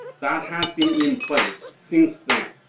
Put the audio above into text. that has been in place since then,